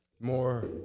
more